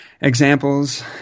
examples